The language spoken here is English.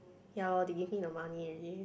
ya lor they give me the money already